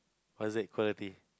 or is that equality